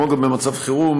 כמו במצב חירום,